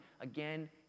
again